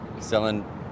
selling